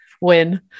win